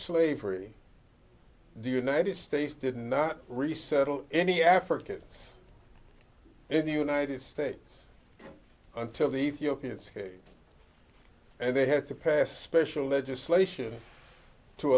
slavery the united states did not resettle any africans in the united states until the ethiopian skate and they had to pass special legislation to